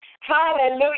Hallelujah